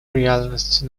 реальности